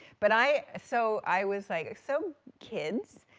but i, so i was like, so, kids,